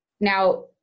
now